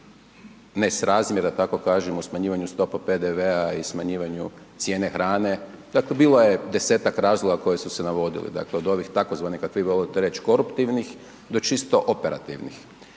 nesrazmjer da tako kažem u smanjivanju stopa PDV-a i smanjivanju cijene hrane. Dakle bilo je 10-ak razloga koji su se navodili. Dakle od ovih tzv. kako vi volite reći koruptivnih do čisto operativnih.